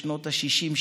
בשנות השישים,